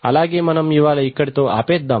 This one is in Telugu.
అలాగే మనం ఇవాళ ఇక్కడితో ఆపేద్దాం